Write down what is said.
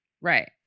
right